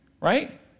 right